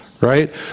right